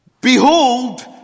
Behold